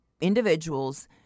individuals